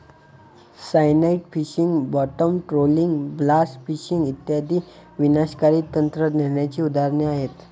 cyanide fishing, bottom trawling, blast fishing इत्यादी विनाशकारी तंत्रज्ञानाची उदाहरणे आहेत